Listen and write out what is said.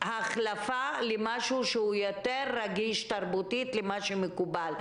להחליף למשהו שהוא יותר רגיש תרבותית למה שמקובל,